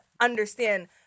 understand